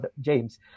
James